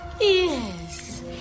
Yes